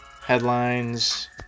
headlines